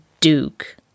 Duke